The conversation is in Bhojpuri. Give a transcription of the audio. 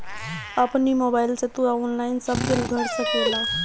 अपनी मोबाइल से तू ऑनलाइन सब बिल भर सकेला